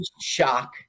Shock